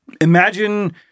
imagine